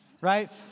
Right